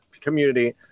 community